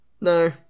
No